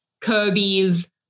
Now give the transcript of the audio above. Kirby's